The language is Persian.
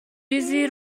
چیزی